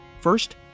First